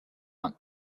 want